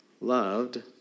loved